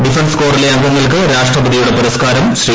defence കോറിലെ അംഗങ്ങൾക്ക് രാഷ്ട്രപതിയുടെ പുരസ്കാരം ശ്രീ